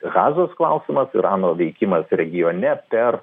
gazos klausimas irano veikimas regione per